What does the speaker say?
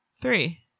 Three